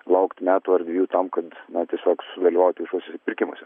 laukti metų ar dviejų tam kad na tiesiog sudalyvauti viešuose pirkimuose